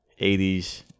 80s